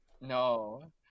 No